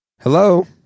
hello